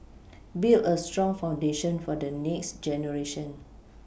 build a strong foundation for the next generation